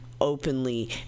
openly